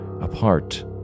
apart